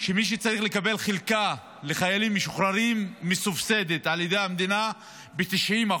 שמי שצריך לקבל חלקה לחיילים משוחררים מסובסדת על ידי המדינה ב-90%